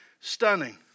stunning